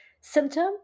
symptom